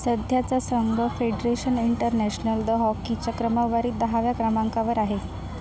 सध्याचा संघ federation international the हॉकीच्या क्रमवारीत दहाव्या क्रमांकावर आहे